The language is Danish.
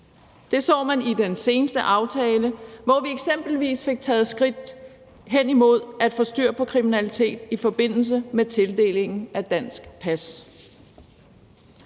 Det så man i den seneste aftale, hvor vi eksempelvis fik taget skridt hen imod at få styr på kriminalitet i forbindelse med tildelingen af dansk pas.